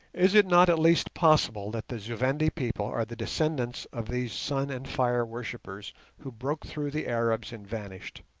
is it not at least possible that the zu-vendi people are the descendants of these sun and fire worshippers who broke through the arabs and vanished?